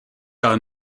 are